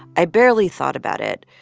i barely thought about it.